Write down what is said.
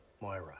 Moira